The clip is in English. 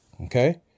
okay